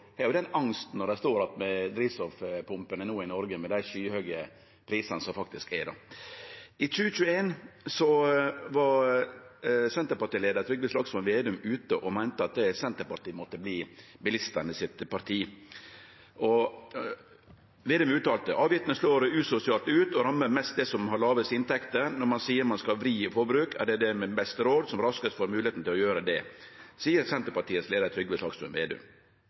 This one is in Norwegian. I 2019 var senterpartileiar Trygve Slagsvold Vedum ute og meinte at Senterpartiet måtte bli bilistane sitt parti. Vedum uttalte: «Avgifter slår usosialt ut og rammer mest de som har lavest inntekt. Når man sier man skal vri forbruk, er det de med best råd som raskest får muligheten til å gjøre det, sier Senterpartiets leder Trygve Slagsvold Vedum.